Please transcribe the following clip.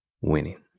winning